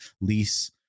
lease